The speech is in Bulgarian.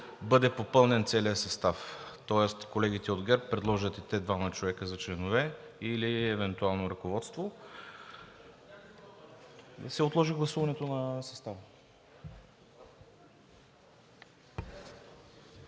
бъде попълнен целият състав, тоест колегите от ГЕРБ да предложат и те двама души за членове или евентуално ръководство.